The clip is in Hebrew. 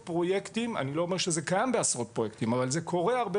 אני לא אומר שזה קיים בעשרות פרויקטים אבל זה קורה הרבה